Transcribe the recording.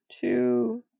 two